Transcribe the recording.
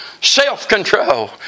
Self-control